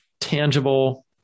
tangible